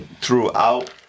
Throughout